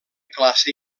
classe